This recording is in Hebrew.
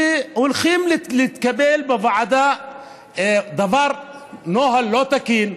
והולך להתקבל בוועדה נוהל לא תקין,